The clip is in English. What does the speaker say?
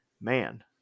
man